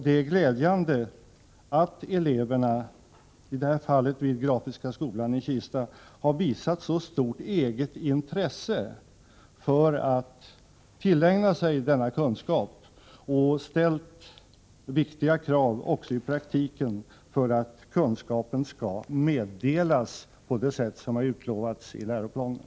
Det är glädjande att eleverna — i detta fall vid Grafiska skolan i Kista — har visat så stort intresse för att tillägna sig denna grundläggande yrkeskunskap och ställt viktiga krav, också i praktiken, för att kunskapen skall meddelas på det sätt som har utlovats i läroplanen.